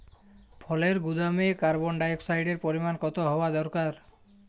ফলের গুদামে কার্বন ডাই অক্সাইডের পরিমাণ কত হওয়া দরকার?